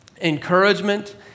encouragement